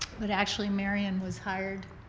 but actually, marion was hired,